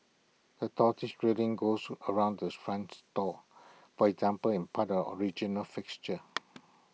the turquoise railing goes around the front store for example in part of original fixtures